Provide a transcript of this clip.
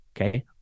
okay